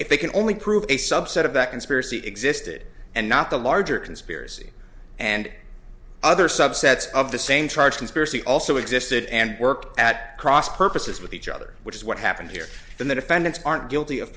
if they can only prove a subset of that conspiracy existed and not the larger conspiracy and other subsets of the same charge conspiracy also existed and worked at cross purposes with each other which is what happened here in the defendants aren't guilty of